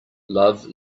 love